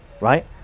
right